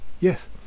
Yes